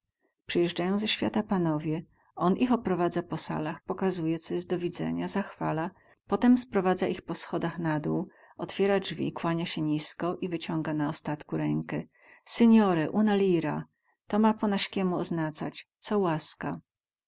ze świata panowie on ich oprowadza po salach pokazuje co jest do widzenia zachwala potem sprowadza ich po schodach na dół otwiera drzwi kłania sie nisko i wyciąga na ostatku rękę syniore una lira to ma po naskiemu oznacać co łaska